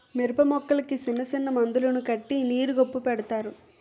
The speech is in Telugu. మిరపమొక్కలకి సిన్నసిన్న మందులను కట్టి నీరు గొప్పు పెడతారు